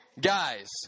Guys